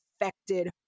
affected